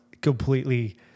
completely